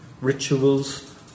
Rituals